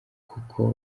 kuko